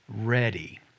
ready